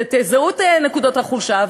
תזהו את נקודות החולשה,